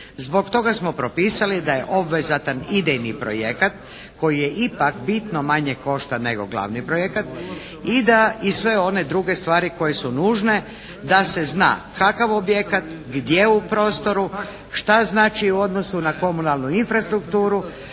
Zbog toga smo propisali da je obvezatan idejni projekat koji je ipak bitno manje košta nego glavni projekat i da i sve one druge stvari koje su nužne da se zna kakav objekat, gdje u prostoru, šta znači u odnosu na komunalnu infrastrukturu?